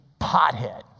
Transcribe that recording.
pothead